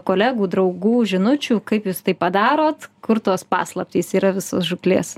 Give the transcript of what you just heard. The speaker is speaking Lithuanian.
kolegų draugų žinučių kaip jūs tai padarot kur tos paslaptys yra visos žūklės